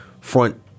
front